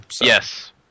Yes